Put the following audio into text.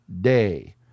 day